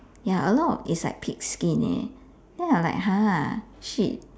ya a lot is like pig skin leh then I like !huh! shit